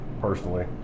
personally